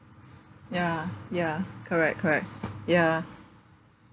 ya ya correct correct ya